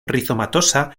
rizomatosa